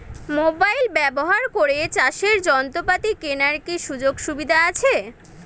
Mobile ব্যবহার করে চাষের যন্ত্রপাতি কেনার কি সুযোগ সুবিধা আছে?